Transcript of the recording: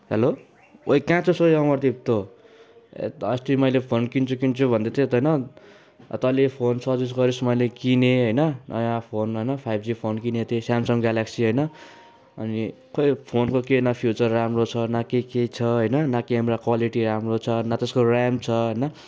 hello ओई कहाँ छस् ओई अमरदिप तो येत अस्ति मैले फोन किन्छु किन्छु भन्दैथिएँ होइन तैँले फोन सजेस्ट गरिस् मैले किनेँ होइन नयाँ फोन होइन फाइभ जी फोन किनेको थिएँ स्यामसङ ग्यालक्सी होइन अनि खोई यो फोनको के न फिचर राम्रो छ न केही केही छ होइन न क्यामरा क्वालिटी राम्रो छ न त्यसको ऱ्याम छ होइन